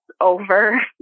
over